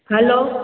hello